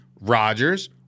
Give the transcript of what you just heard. Rodgers